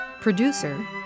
Producer